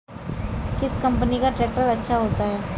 किस कंपनी का ट्रैक्टर अच्छा होता है?